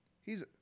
He's-